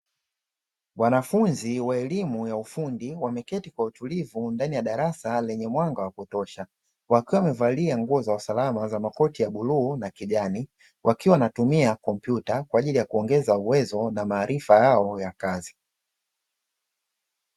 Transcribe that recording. Wanafunzi wa elimu ya ufundi wameketi kwa utulivu ndani ya darasa lenye mwanga wa kutosha, wakiwa wamevalia makoti ya usalama ya rangi ya bluu na kijani wakiwa wanatumia kompyuta kwa ajili ya kuongeza uwezo na maarifa yao ya kazi.